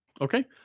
okay